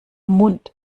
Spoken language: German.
mund